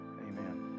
Amen